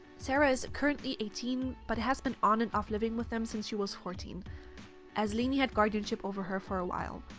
sarah is currently eighteen but has been on and off living with them since she was fourteen as lainey had guardianship over her for a while.